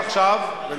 בעיני?